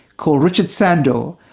called richard sandor,